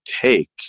take